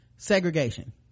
segregation